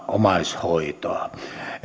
omaishoitoa